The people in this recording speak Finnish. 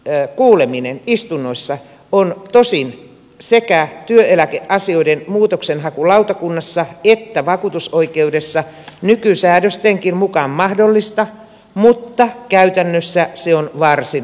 suullinen kuuleminen istunnoissa on tosin sekä työeläkeasioiden muutoksenhakulautakunnassa että vakuutusoikeudessa nykysäädöstenkin mukaan mahdollista mutta käytännössä se on varsin harvinaista